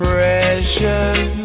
Precious